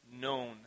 known